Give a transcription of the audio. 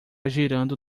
girando